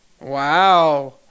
Wow